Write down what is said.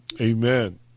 Amen